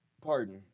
pardon